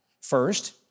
First